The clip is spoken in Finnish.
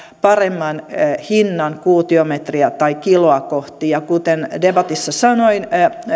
paremman hinnan kuutiometriä tai kiloa kohti ja kuten debatissa sanoin